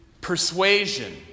persuasion